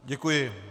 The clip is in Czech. Děkuji.